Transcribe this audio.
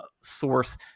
source